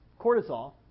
cortisol